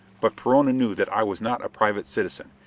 but perona knew that i was not a private citizen.